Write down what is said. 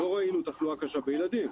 תחלואה קשה בילדים,